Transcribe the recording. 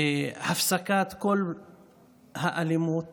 והפסקת כל האלימות